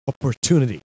opportunity